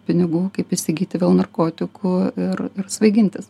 pinigų kaip įsigyti vėl narkotikų ir ir svaigintis